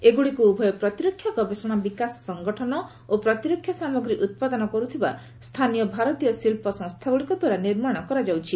ଏଗୁଡ଼ିକୁ ଉଭୟ ପ୍ରତିରକ୍ଷା ଗବେଷଣା ବିକାଶ ସଙ୍ଗଠନ ଓ ପ୍ରତିରକ୍ଷା ସାମଗ୍ରୀ ଉତ୍ପାଦନ କରୁଥିବା ସ୍ଥାନୀୟ ଭାରତୀୟ ଶିଳ୍ପ ସଂସ୍ଥାଗୁଡ଼ିକ ଦ୍ୱାରା ନିର୍ମାଣ କରାଯାଉଛି